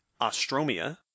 Ostromia